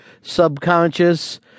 subconscious